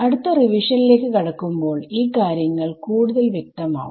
അടുത്ത റിവിഷനിലേക്ക് കടക്കുമ്പോൾ ഈ കാര്യങ്ങൾ കൂടുതൽ വ്യക്തമാവും